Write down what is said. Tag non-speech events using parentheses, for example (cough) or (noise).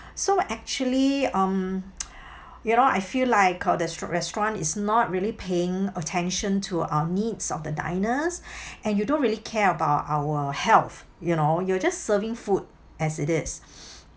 so actually um (noise) you know I feel like uh the s~ restaurant is not really paying attention to our needs of the diners (breath) and you don't really care about our health you know you're just serving food as it is